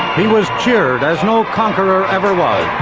he was cheered as no conqueror ever was.